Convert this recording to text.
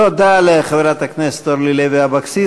תודה לחברת הכנסת אורלי לוי אבקסיס.